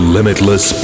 Limitless